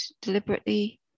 deliberately